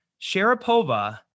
Sharapova